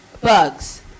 bugs